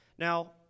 Now